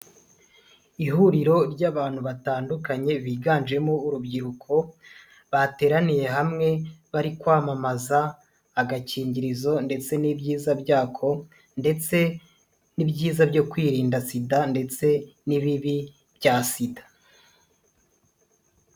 Ihuriro ry'abantu batandukanye biganjemo urubyiruko, bateraniye hamwe bari kwamamaza agakingirizo ndetse n'ibyiza byako ndetse n'ibyiza byo kwirinda sida ndetse n'ibibi bya sida.